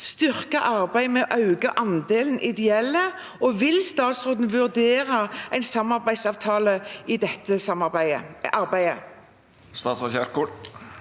styrke arbeidet med å øke andelen ideelle, og vil statsråden vurdere en samarbeidsavtale i dette arbeidet?»